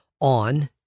on